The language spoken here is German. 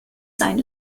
sein